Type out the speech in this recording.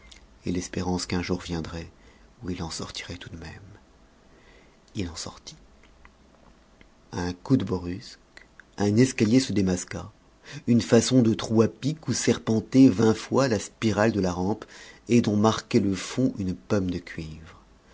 et l'espérance qu'un jour viendrait où il en sortirait tout de même il en sortit à un coude brusque un escalier se démasqua une façon de trou à pic où serpentait vingt fois la spirale de la rampe et dont marquait le fond une pomme de cuivre